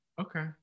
Okay